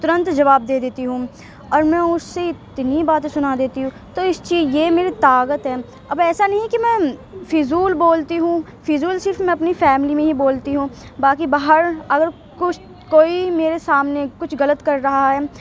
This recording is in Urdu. ترنت جواب دے دیتی ہوں اور میں اسے اتنی باتیں سنا دیتی ہو تو اس چیز یہ میری طاقت ہے اب ایسا نہیں ہے کہ میں فضول بولتی ہوں فضول صرف میں اپنی فیملی میں ہی بولتی ہوں باقی باہر اگر کچھ کوئی میرے سامنے کچھ غلط کر رہا ہے